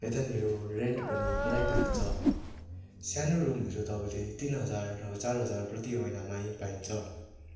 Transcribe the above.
यतानिर रेन्ट पनि पुरै पाइन्छ सानो रुमहरू तपाईँले तिन हजार नभए चार हजार प्रति महिनामै पाइन्छ